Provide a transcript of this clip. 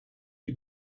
you